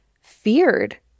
feared